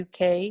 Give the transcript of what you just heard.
UK